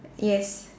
yes